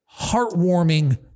heartwarming